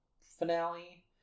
finale